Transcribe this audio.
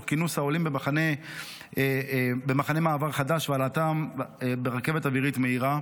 תוך כינוס העולים במחנה מעבר חדש והעלאתם ברכבת אווירית מהירה,